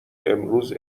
امروز